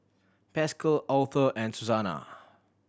Pascal Authur and Suzanna